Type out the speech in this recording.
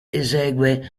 esegue